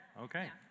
Okay